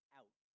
out